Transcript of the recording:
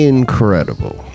Incredible